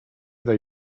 daj